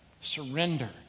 surrender